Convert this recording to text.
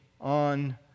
on